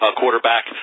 quarterback